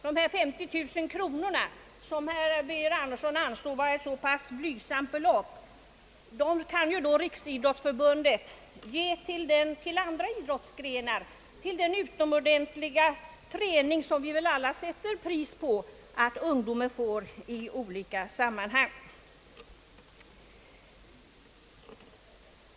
De 50000 kronor som herr Birger Andersson ansåg vara ett så blygsamt belopp kunde Riksidrottsförbundet ge till andra idrottsgrenar för att befrämja den utomordentliga träning som vi väl alla sätter värde på att ungdomen får i olika sammanhang.